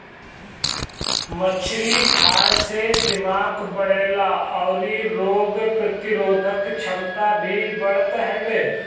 मछरी खाए से दिमाग बढ़ेला अउरी रोग प्रतिरोधक छमता भी बढ़त हवे